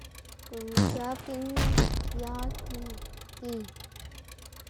Guꞌn xiab gikná nak yag y giy.